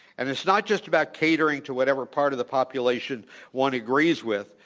and it's not just about catering to whatever part of the population one agrees with,